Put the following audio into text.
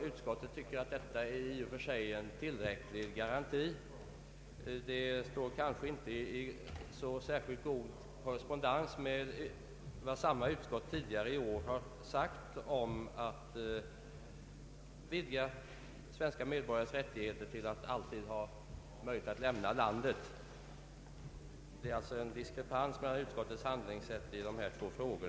Utskottet anser att detta i och för sig är en tillräcklig garanti. Det anförda står inte i särskilt god överensstämmelse med vad samma utskott tidigare i år sagt om att vidga svenska medborgares rättigheter att alltid ha möjligheter att lämna landet. Det föreligger alltså en diskrepans mellan utskottets handlingssätt i dessa två frågor.